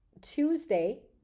Tuesday